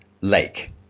lake